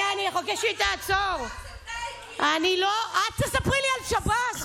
את תתנצלי על זה, את תספרי לי על שב"ס?